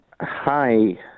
Hi